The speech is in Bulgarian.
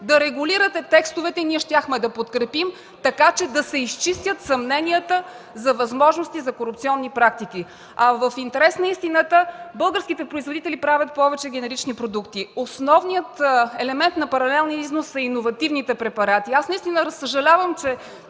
да регулирате текстовете. Ние щяхме ги да подкрепим, така че да се изчистят съмненията за възможности за корупционни практики. А в интерес на истината, българските производители правят повече генерични продукти. Основният елемент на паралелния износ са иновативните препарати. И аз наистина съжалявам, че